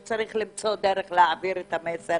שצריך למצוא דרך להעביר את המסר